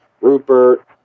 Rupert